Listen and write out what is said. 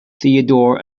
theodore